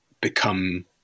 become